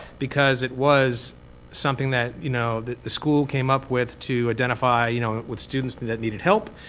because it was something that you know that the school came up with to identify you know with students that needed help,